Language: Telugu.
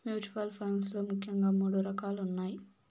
మ్యూచువల్ ఫండ్స్ లో ముఖ్యంగా మూడు రకాలున్నయ్